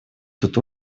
тут